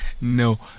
No